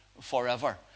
forever